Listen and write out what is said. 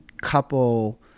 couple